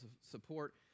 support